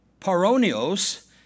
Paronios